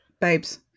babes